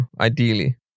ideally